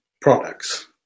products